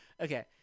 okay